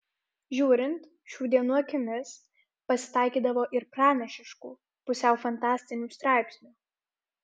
žiūrint šių dienų akimis pasitaikydavo ir pranašiškų pusiau fantastinių straipsnių